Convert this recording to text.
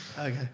Okay